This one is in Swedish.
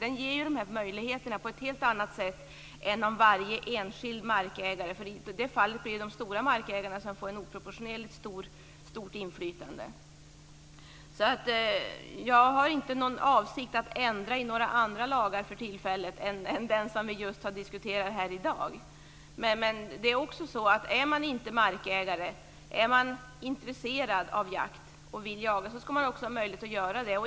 Den ger de här möjligheterna på ett helt annat sätt än om man utgår från varje enskild markägare. I det fallet blir det de stora markägarna som får ett oproportionerligt stort inflytande. Jag har inte för tillfället någon avsikt att ändra i andra lagar än den som vi diskuterar i dag. Men är man inte markägare, men är intresserad av jakt och vill jaga, ska man också ha möjlighet att göra det.